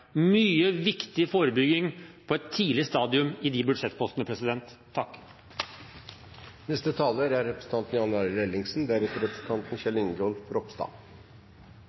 mye viktig forebygging på et tidlig stadium i de budsjettpostene.